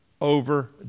over